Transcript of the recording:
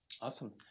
Awesome